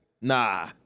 Nah